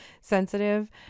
sensitive